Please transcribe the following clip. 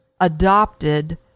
adopted